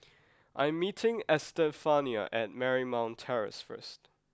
I am meeting Estefania at Marymount Terrace first